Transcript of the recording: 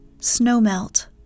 Snowmelt